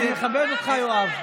יואב, אני מכבד אותך, יואב.